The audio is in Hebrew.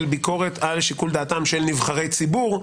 ביקורת על שיקול דעתם של נבחרי ציבור,